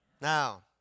now